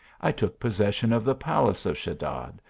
i took possession of the palace of sheddad,